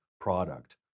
product